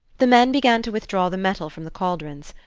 the men began to withdraw the metal from the caldrons.